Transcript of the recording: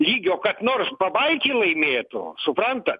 lygio kad nors pabaltijy laimėtų suprantat